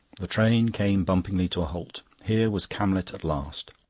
the train came bumpingly to a halt. here was camlet at last.